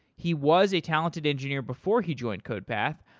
he was a talented engineer before he joined codepath,